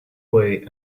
way